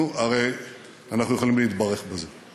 נו, הרי אנחנו יכולים להתברך בזה.